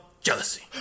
jealousy